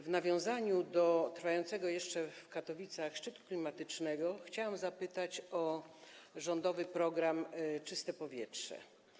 W nawiązaniu do trwającego jeszcze w Katowicach szczytu klimatycznego chciałam zapytać o rządowy program „Czyste powietrze”